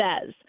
says